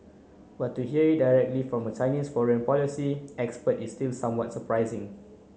but to hear it directly from a Chinese foreign policy expert is still somewhat surprising